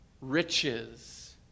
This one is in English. riches